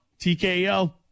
TKO